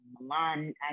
milan